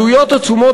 עלויות עצומות,